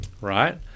right